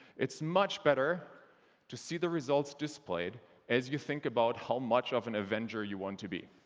it's much better to see the results displayed as you think about how much of an avenger you want to be.